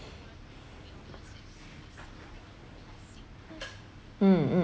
mm